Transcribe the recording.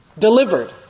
delivered